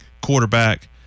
quarterback